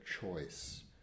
choice